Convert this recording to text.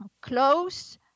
close